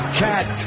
cat